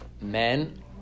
Men